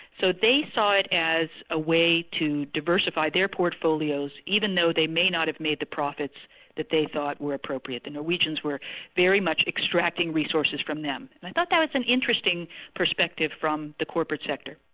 so they saw it as a way to diversify their portfolios, even though they may not have made the profits that they thought were appropriate. the norwegians were very much extracting resources from them. i thought that was an interesting perspective from the corporate sector.